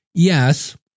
Yes